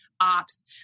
ops